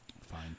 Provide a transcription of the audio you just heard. Fine